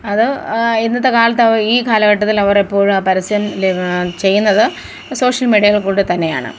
അത് ഇന്നത്തെ കാലത്ത് ഈ കാലഘട്ടത്തിൽ അവരെപ്പോഴും ആ പരസ്യം ലെ ചെയ്യുന്നത് സോഷ്യൽ മീഡിയകളിൽ കൂടി തന്നെയാണ്